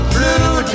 Blue